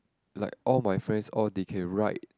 like all my friends all they can write